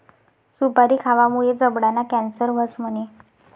सुपारी खावामुये जबडाना कॅन्सर व्हस म्हणे?